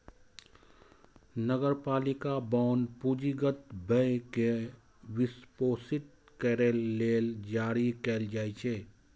नगरपालिका बांड पूंजीगत व्यय कें वित्तपोषित करै लेल जारी कैल जाइ छै